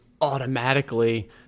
automatically